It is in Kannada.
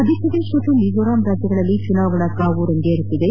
ಮಧ್ಯಪ್ರದೇಶ ಮತ್ತು ಮಿಜೋರಾಂನಲ್ಲಿ ಚುನಾವಣಾ ಕಾವು ರಂಗೇರುತ್ತಿದೆ